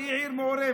שהיא עיר מעורבת.